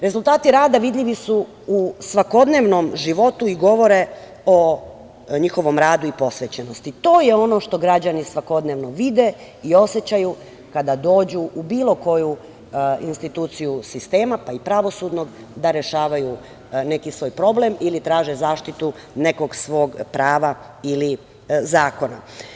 Rezultati rada, vidljivi su u svakodnevnom životu i govore o njihovom radu i posvećenosti i to je ono što građani svakodnevno vide i osećaju kada dođu u bilo koju instituciju sistema, pa i pravosudnog, da rešavaju neki svoj problem ili traže zaštitu nekog svog prava ili zakona.